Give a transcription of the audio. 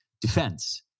defense